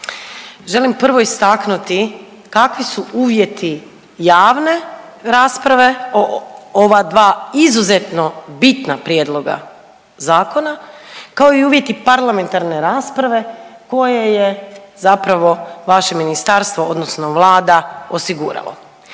želim prvo istaknuti kakvi su uvjeti javne rasprave o ova dva izuzetno bitna prijedloga zakona kao i uvjeti parlamentarne rasprave koje je zapravo vaše ministarstvo odnosno vlada osigurala.